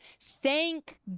Thank